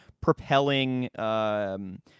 propelling